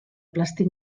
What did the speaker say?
plàstic